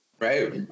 Right